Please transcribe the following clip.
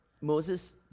Moses